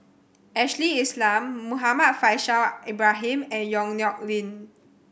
Ashley Isham Muhammad Faishal Ibrahim and Yong Nyuk Lin